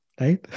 right